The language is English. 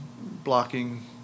blocking